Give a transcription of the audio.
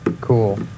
Cool